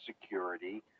security